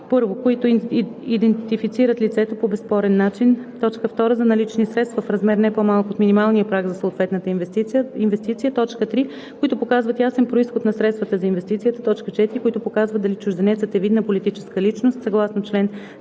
1. които идентифицират лицето по безспорен начин; 2. за налични средства в размер, не по-малък от минималния праг за съответната инвестиция; 3. които показват ясен произход на средствата за инвестицията; 4. които показват дали чужденецът е видна политическа личност съгласно чл.